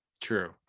true